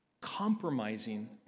compromising